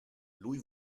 lui